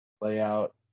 layout